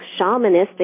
shamanistic